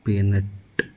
pea nut